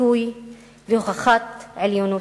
דיכוי והוכחת עליונות.